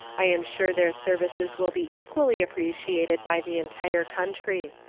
i am sure their services will be equally appreciated by the entire country.